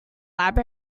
lab